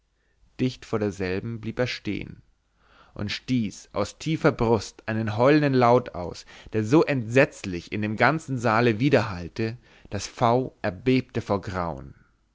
dicht vor derselben blieb er stehen und stieß aus tiefer brust einen heulenden laut aus der so entsetzlich in dem ganzen saale widerhallte daß v erbebte vor grauen